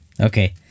Okay